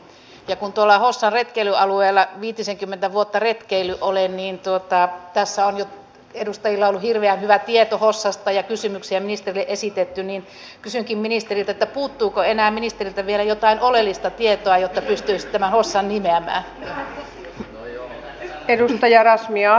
ja kun tuolla hossan retkeilyalueella viitisenkymmentä vuotta retkeillyt olen niin kun tässä on jo edustajilla ollut hirveän hyvä tieto hossasta ja kysymyksiä ministerille esitetty niin kysynkin ministeriltä puuttuuko ministeriltä vielä jotain oleellista tietoa jota pystystä vaan osaaminen ne jotta pystyisi tämän hossan nimeämään